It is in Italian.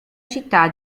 città